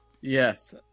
Yes